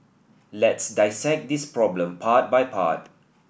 let's dissect this problem part by part